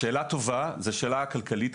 זאת שאלה טובה וגם כלכלית.